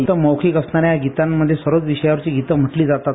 फक्त मौखिक असणाऱ्या या गितांमध्ये सर्वच विषयांवरची गीतं म्हटली जातात